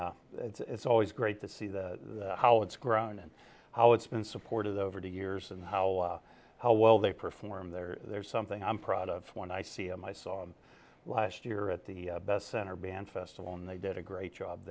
and it's always great to see the how it's grown and how it's been supported over the years and how how well they perform there there's something i'm proud of when i see them i saw last year at the best center band festival and they did a great job